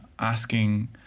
Asking